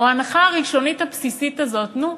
או ההנחה הראשונית הבסיסית הזאת: נו,